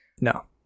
No